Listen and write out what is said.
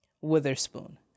Witherspoon